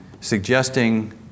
suggesting